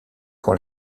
pour